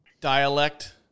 dialect